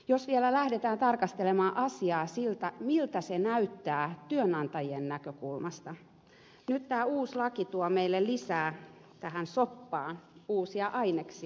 jos vielä lähdetään tarkastelemaan asiaa siltä kannalta miltä se näyttää työnantajien näkökulmasta nyt tämä uusi laki tuo meille lisää tähän soppaan uusia aineksia